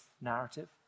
narrative